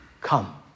come